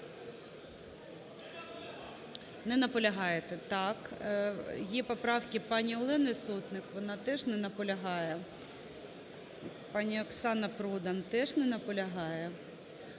Не наполягаєте, так. Є поправки пані Олени Сотник. Вона теж не наполягає. Пані Оксана Продан теж не наполягає.